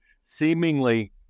seemingly